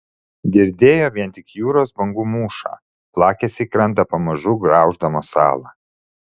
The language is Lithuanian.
girdėjo vien tik jūros bangų mūšą plakėsi į krantą pamažu grauždamos salą